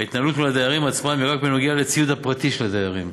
ההתנהלות מול הדיירים עצמם היא רק בנוגע לציוד הפרטי של הדיירים.